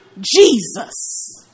Jesus